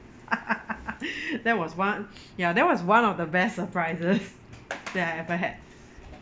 that was one ya that was one of the best surprises that I ever had